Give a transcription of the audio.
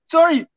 Sorry